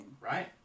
right